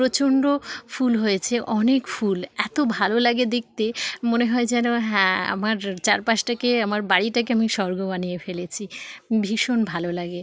প্রচণ্ড ফুল হয়েছে অনেক ফুল এতো ভালো লাগে দেখতে মনে হয় যেন হ্যাঁ আমার চারপাশটাকে আমার বাড়িটাকে আমি স্বর্গ বানিয়ে ফেলেছি ভীষণ ভালো লাগে